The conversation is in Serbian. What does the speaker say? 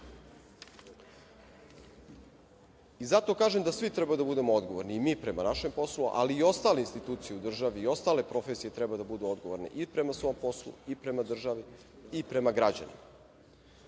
Zato kažem da svi treba da budemo odgovorni i mi prema našem poslu, ali i ostale institucije u državi i ostale profesije treba da budu odgovorne i prema svom poslu i prema državi i prema građanima.